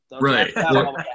Right